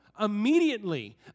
immediately